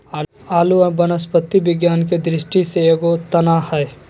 आलू वनस्पति विज्ञान के दृष्टि से एगो तना हइ